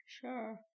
Sure